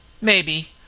Maybe